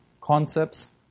concepts